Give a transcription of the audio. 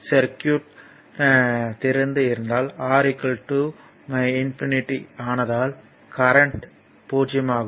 circuit திறந்து இருந்தால் R ஆனதால் கரண்ட் 0 ஆகும்